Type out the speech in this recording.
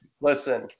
listen